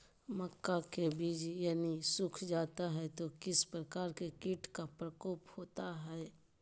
मक्का के बिज यदि सुख जाता है तो किस प्रकार के कीट का प्रकोप होता है?